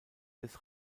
des